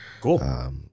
Cool